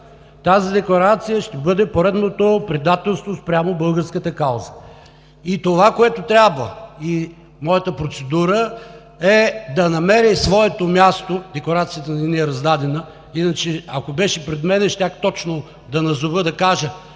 тази декларация ще бъде поредното предателство спрямо българската кауза. И това, което трябва, и моята процедура е да намери своето място… Декларацията не ни е раздадена, иначе, ако беше пред мен, щях точно да назова, да кажа,